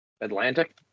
Atlantic